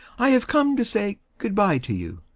i have come to say good-bye to you!